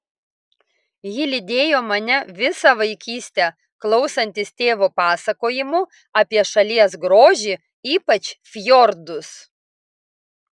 ji lydėjo mane visą vaikystę klausantis tėvo pasakojimų apie šalies grožį ypač fjordus